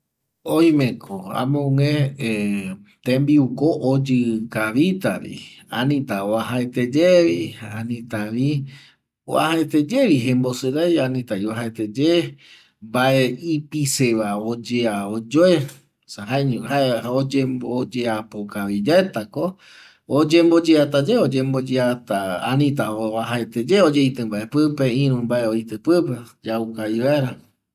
Oime ko amogue tembiu ko oyikavita vi anita uajaeteye vi jembosirei jare mbae ipise oyemboyao iye esa ya no oyeapokavicata ko oyemboyaete ya ngara uajaeteye mbae oyeiti supe yau cavi vaera